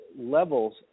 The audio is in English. levels